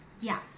Yes